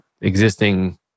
existing